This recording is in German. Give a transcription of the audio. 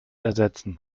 ersetzen